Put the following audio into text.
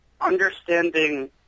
understanding